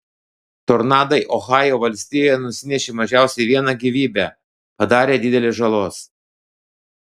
tornadai ohajo valstijoje nusinešė mažiausiai vieną gyvybę padarė didelės žalos